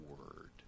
word